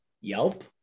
Yelp